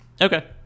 Okay